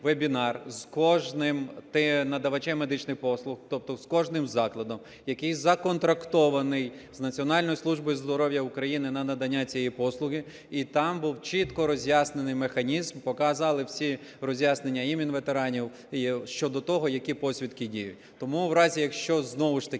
з кожним надавачем медичних послуг, тобто з кожним закладом, який законтрактований з Національною службою здоров'я України на надання цієї послуги, і там був чітко роз'яснений механізм, показали всі роз'яснення і Мінветеранів, і щодо того, які посвідки діють. Тому в разі, якщо знову ж таки